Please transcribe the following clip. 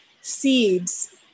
seeds